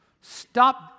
Stop